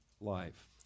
life